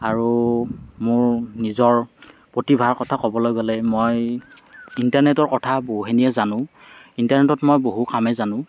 আৰু মোৰ নিজৰ প্ৰতিভাৰ কথা ক'বলৈ গ'লে মই ইণ্টাৰনেটৰ কথা বহুখিনিয়ে জানো ইণ্টাৰনেটত মই বহু কামে জানো